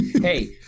Hey